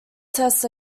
tests